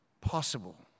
possible